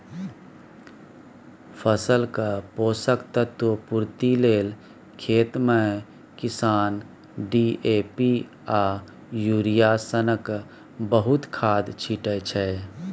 फसलक पोषक तत्व पुर्ति लेल खेतमे किसान डी.ए.पी आ युरिया सनक बहुत खाद छीटय छै